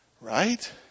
Right